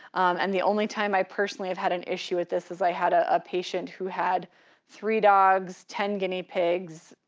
and the only time i personally have had an issue with this is i had ah a patient who had three dogs, ten guinea pigs,